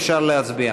אפשר להצביע.